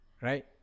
right